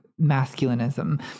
masculinism